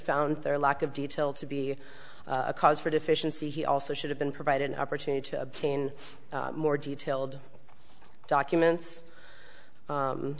found their lack of detail to be a cause for deficiency he also should have been provided an opportunity to obtain more detailed documents